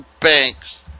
banks